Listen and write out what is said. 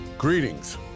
Greetings